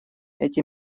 эти